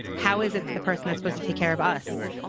how is it that the person is supposed to take care of us,